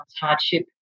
hardship